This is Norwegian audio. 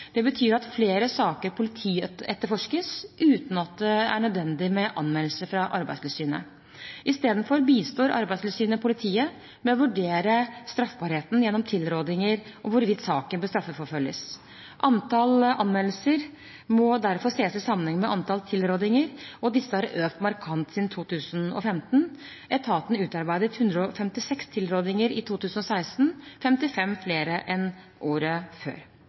Det betyr at flere saker politietterforskes uten at det er nødvendig med anmeldelse fra Arbeidstilsynet. Istedenfor bistår Arbeidstilsynet politiet med å vurdere straffbarheten gjennom tilrådninger om hvorvidt saken bør straffeforfølges. Antall anmeldelser må derfor ses i sammenheng med antall tilrådninger, og disse har økt markant siden 2015. Etaten utarbeidet 156 tilrådninger i 2016, som er 55 flere enn året før.